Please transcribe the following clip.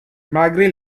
malgré